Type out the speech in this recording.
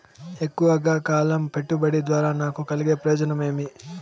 ఎక్కువగా కాలం పెట్టుబడి ద్వారా నాకు కలిగే ప్రయోజనం ఏమి?